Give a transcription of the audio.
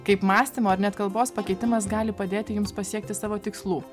kaip mąstymo ar net kalbos pakeitimas gali padėti jums pasiekti savo tikslų